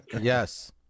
Yes